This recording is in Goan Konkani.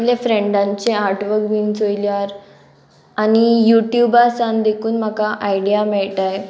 आपले फ्रेंडांचे आर्टवर्क बीन चोयल्यार आनी यू ट्यूबासान देखून म्हाका आयडिया मेळटाय